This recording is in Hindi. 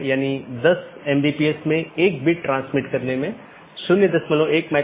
जबकि जो स्थानीय ट्रैफिक नहीं है पारगमन ट्रैफिक है